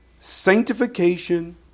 sanctification